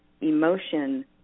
emotion